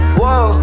whoa